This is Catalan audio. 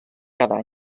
cada